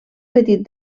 petit